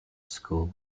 school